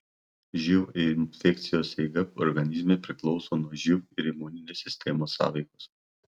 živ infekcijos eiga organizme priklauso nuo živ ir imuninės sistemos sąveikos